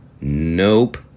nope